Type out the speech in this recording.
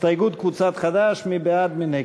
הסתייגות קבוצת חד"ש, מי בעד, מי נגד?